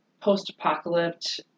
post-apocalypse